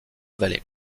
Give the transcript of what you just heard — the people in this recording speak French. vallée